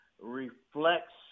reflects